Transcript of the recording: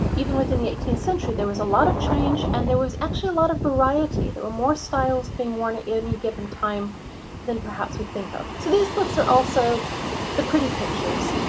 even within the eighteenth century, there was a lot of change and there was actually a lot of variety. there were more styles being worn at any given time than perhaps we think of. so these books are also the pretty pictures,